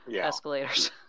escalators